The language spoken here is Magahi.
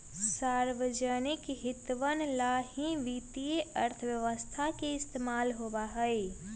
सार्वजनिक हितवन ला ही वित्तीय अर्थशास्त्र के इस्तेमाल होबा हई